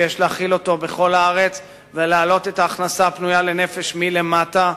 שיש להחיל אותו בכל הארץ ולהעלות את ההכנסה הפנויה לנפש מלמטה,